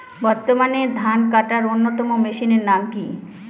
বর্তমানে ধান কাটার অন্যতম মেশিনের নাম কি?